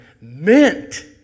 meant